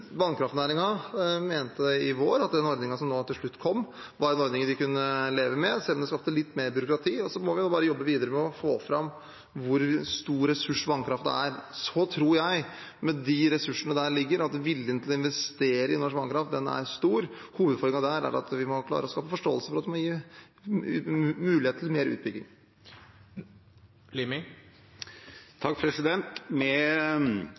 den ordningen som til slutt kom, var en ordning de kunne leve med, selv om det skapte litt mer byråkrati. Så må vi bare jobbe videre med å få fram hvor stor ressurs vannkraften er. Jeg tror, med de ressursene som ligger der, at viljen til å investere i norsk vannkraft er stor. Hovedutfordringen er at vi må klare å skape forståelse for at det må gis muligheter til mer utbygging. Med